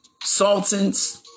sultans